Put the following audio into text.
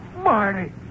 Marty